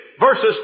versus